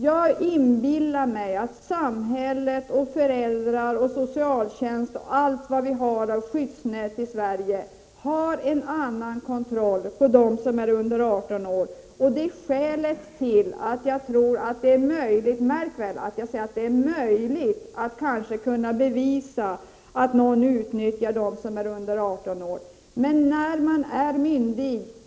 Jag inbillar mig att samhället, föräldrar, socialtjänst och allt vad vi har av skyddsnät här i Sverige har en annan kontroll över dem som är under 18 år än över dem som är äldre. Det är skälet till att jag tror att det är möjligt — märk väl — att leda i bevis när någon sexuellt utnyttjar flickor under 18 år.